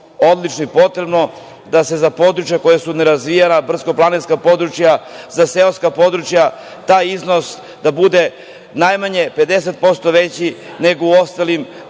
odlično i potrebno, da za područja koja su nerazvijena, brdsko-planinska područja, za seoska područja taj iznos bude najmanje 50% veći nego u ostalim delovima